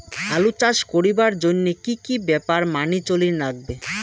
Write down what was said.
আলু চাষ করিবার জইন্যে কি কি ব্যাপার মানি চলির লাগবে?